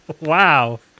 Wow